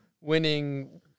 winning